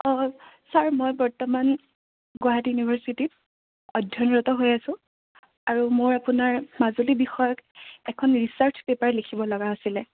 অঁ ছাৰ মই বৰ্তমান গুৱাহাটী ইউনিভাৰ্চিটিত অধ্যয়নৰত হৈ আছো আৰু মোৰ আপোনাৰ মাজুলী বিষয়ক এখন ৰিচাৰ্ছ পেপাৰ লিখিব লগা আছিলে